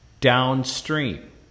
downstream